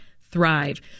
thrive